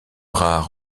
rare